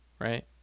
right